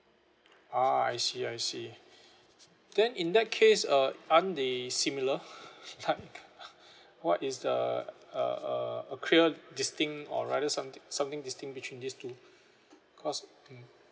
ah I see I see then in that case uh aren't they similar like what is the uh uh a clear this thing or rather something something this thing between these two because mm